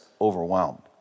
overwhelmed